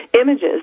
images